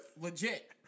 Legit